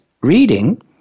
reading